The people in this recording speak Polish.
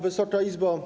Wysoka Izbo!